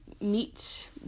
Meet